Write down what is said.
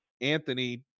Anthony